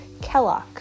Kellogg